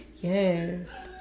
Yes